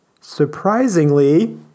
surprisingly